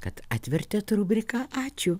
kad atvertėt rubriką ačiū